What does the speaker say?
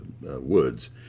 woods